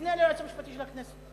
תפנה ליועץ המשפטי של הכנסת.